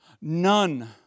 None